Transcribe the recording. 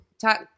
Talk